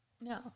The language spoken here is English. No